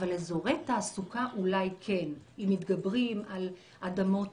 אבל אזורי תעסוקה אולי כן אם מתגברים על אדמות